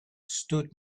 stood